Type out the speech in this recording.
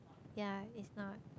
yea it's not